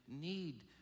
need